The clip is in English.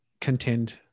contend